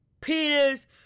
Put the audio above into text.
Peter's